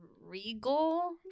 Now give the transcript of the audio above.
regal